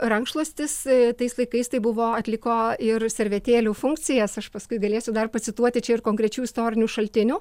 rankšluostis tais laikais tai buvo atliko ir servetėlių funkcijas aš paskui galėsiu dar pacituoti čia ir konkrečių istorinių šaltinių